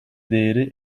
değeri